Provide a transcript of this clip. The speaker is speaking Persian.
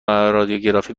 رادیوگرافی